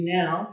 now